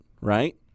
right